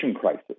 crisis